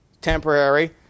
temporary